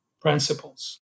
principles